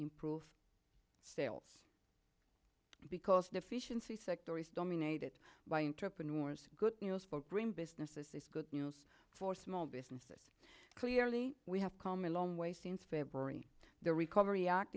improve sales because the efficiency sector is dominated by intrapreneur wars good meals for green businesses is good news for small business that clearly we have come a long way since february the recovery act